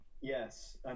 Yes